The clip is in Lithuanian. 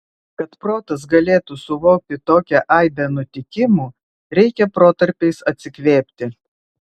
kad protas galėtų suvokti tokią aibę nutikimų reikia protarpiais atsikvėpti